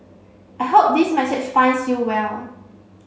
I hope this message finds you well